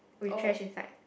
with trash inside